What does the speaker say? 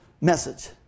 message